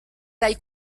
dai